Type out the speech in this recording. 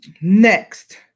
Next